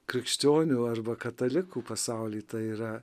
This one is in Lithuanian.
krikščionių arba katalikų pasauly tai yra